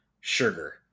sugar